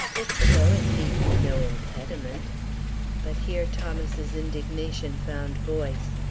if so, it need be no impediment but here thomas's indignation found voice.